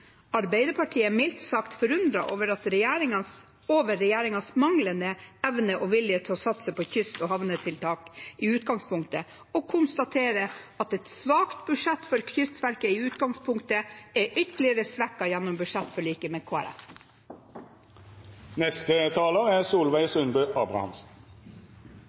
Arbeiderpartiet er mildt sagt forundret over regjeringens manglende evne og vilje til å satse på kyst- og havnetiltak i utgangspunktet og konstaterer at et svakt budsjett for Kystverket i utgangspunktet er ytterligere svekket gjennom budsjettforliket med